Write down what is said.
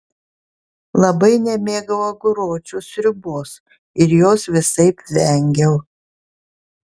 labai nemėgau aguročių sriubos ir jos visaip vengiau